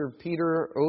Peter